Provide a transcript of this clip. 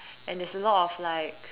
and there is a lot of like